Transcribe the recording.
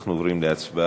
אנחנו עוברים להצבעה.